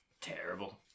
terrible